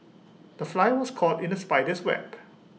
the fly was caught in the spider's web